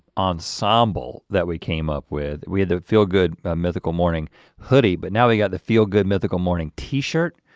ensemble, that we came up with. we had the feel good mythical morning hoodie, but now they got the feel good mythical morning t-shirt.